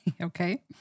Okay